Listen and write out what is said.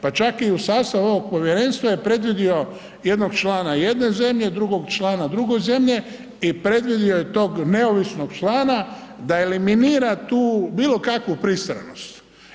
Pa čak i u sastavu ovog povjerenstva je predvidio jednog člana jedne zemlje, drugog člana druge zemlje i predvidio je tog neovisnog člana da eliminira tu bilo kakvu pristranost.